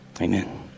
Amen